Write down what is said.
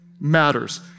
matters